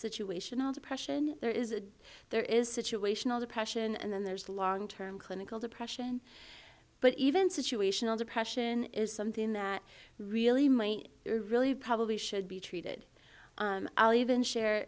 situational depression there is a there is situational depression and then there's long term clinical depression but even situational depression is something that really really probably should be treated even share